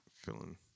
Feeling